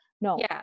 No